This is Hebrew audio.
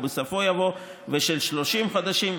ובסופו יבוא "ושל שלושים חודשים,